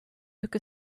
took